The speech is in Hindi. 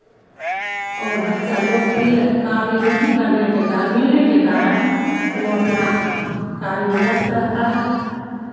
और बच्चा लोकप्रिय कार्य नहीं करने के कारण मिलने के कारण वो अपना कार्य में व्यस्त रहता है